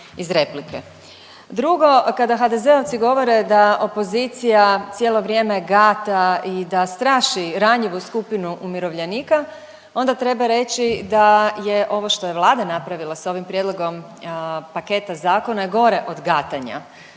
Drugo, kada HDZ-ovci govore da opozicija cijelo vrijeme gata i da straši ranjivu skupinu umirovljenika, onda treba reći da je ovo što je Vlada napravila s ovim prijedlogom paketa zakona je gore od gatanja.